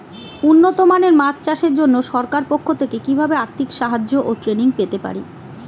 উন্নত মানের মাছ চাষের জন্য সরকার পক্ষ থেকে কিভাবে আর্থিক সাহায্য ও ট্রেনিং পেতে পারি?